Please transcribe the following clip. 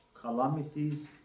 Calamities